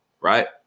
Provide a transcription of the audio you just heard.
Right